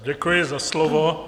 Děkuji za slovo.